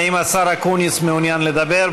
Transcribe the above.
האם השר אקוניס מעוניין לדבר?